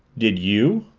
did you?